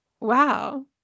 Wow